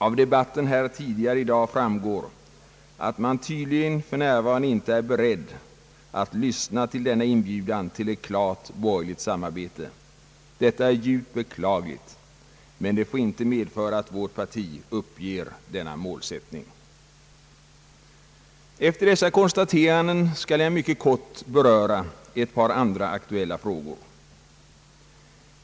Av debatten tidigare i dag framgår, att man för närvarande tydligen inte är beredd att lyssna till denna inbjudan till ett klart borgerligt samarbete. Detta är djupt beklagligt, men får inte medföra att vårt parti uppger denna målsättning. Efter dessa konstateranden skall jag mycket kort beröra några andra aktuella frågor.